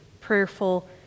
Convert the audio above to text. prayerful